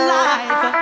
life